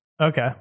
Okay